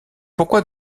pourquoi